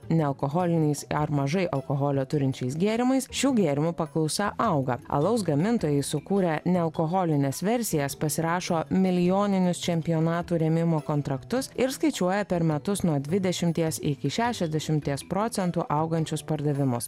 nealkoholiniais ar mažai alkoholio turinčiais gėrimais šių gėrimų paklausa auga alaus gamintojai sukūrę nealkoholines versijas pasirašo milijoninius čempionatų rėmimo kontraktus ir skaičiuoja per metus nuo dvidešimties iki šešiasdešimties procentų augančius pardavimus